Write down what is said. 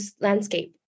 landscape